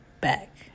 back